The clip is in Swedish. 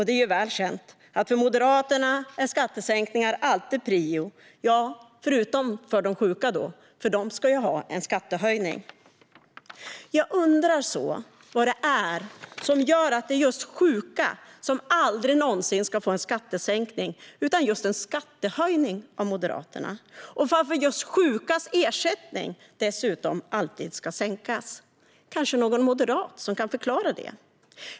Det är väl känt att för Moderaterna är skattesänkningar alltid prioriterat, förutom för de sjuka - för de ska ha en skattehöjning. Jag undrar så vad det är som gör att det är just sjuka som aldrig någonsin ska få en skattesänkning utan en skattehöjning av Moderaterna. Och varför just sjukas ersättning dessutom alltid ska sänkas. Kanske någon moderat kan förklara det.